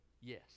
yes